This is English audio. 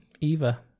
Eva